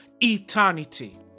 eternity